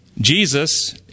Jesus